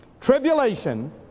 Tribulation